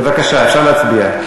בבקשה, אפשר להצביע.